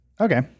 Okay